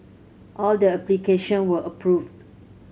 all the application were approved